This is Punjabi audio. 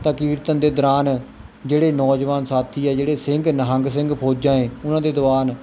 ਤਾਂ ਕੀਰਤਨ ਦੇ ਦੌਰਾਨ ਜਿਹੜੇ ਨੌਜਵਾਨ ਸਾਥੀ ਆ ਜਿਹੜੇ ਸਿੰਘ ਨਿਹੰਗ ਸਿੰਘ ਫੌਜਾਂ ਏ ਉਹਨਾਂ ਦੇ ਦੀਵਾਨ